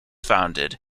founded